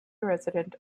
resident